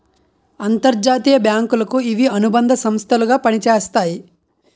అంతర్జాతీయ బ్యాంకులకు ఇవి అనుబంధ సంస్థలు గా పనిచేస్తాయి